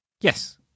Yes